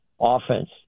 offense